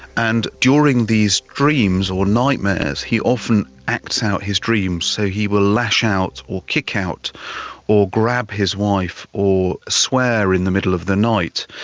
and during these dreams or nightmares he often acts out his dreams, so he will lash out or kick out or grab his wife or swear in the middle of the night.